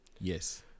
Yes